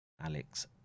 Alex